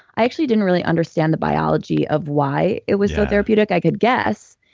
i actually didn't really understand the biology of why it was so therapeutic. i could guess,